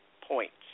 points